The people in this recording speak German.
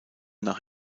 nach